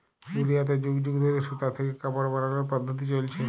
দুলিয়াতে যুগ যুগ ধইরে সুতা থ্যাইকে কাপড় বালালর পদ্ধতি চইলছে